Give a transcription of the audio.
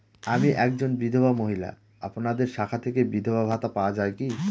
আমি একজন বিধবা মহিলা আপনাদের শাখা থেকে বিধবা ভাতা পাওয়া যায় কি?